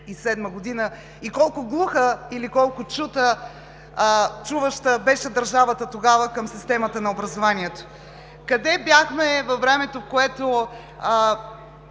в 2007 г. и колко глуха или колко чуваща беше държавата тогава към системата на образованието. Къде бяхме във времето, в което